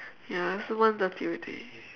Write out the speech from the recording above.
ya so one thirty already